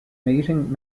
meeting